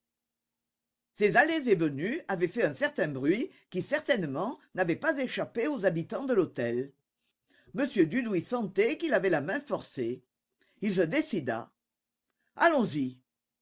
ces allées et venues avaient fait un certain bruit qui certainement n'avait pas échappé aux habitants de l'hôtel m dudouis sentait qu'il avait la main forcée il se décida allons-y